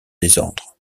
désordre